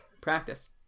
Practice